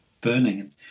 burning